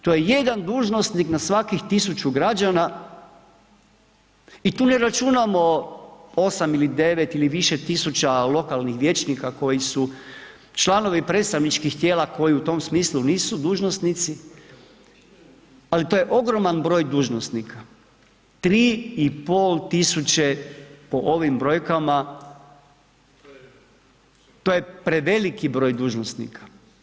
To je jedan dužnosnik na svakih 1000 građana i tu ne računamo 8 ili 9 ili više tisuća lokalnih vijećnika koji su članovi predstavničkih tijela koji u tom smislu nisu dužnosnici ali to je ogroman broj dužnosnika, 3500 po ovim brojkama, to je preveliki broj dužnosnika.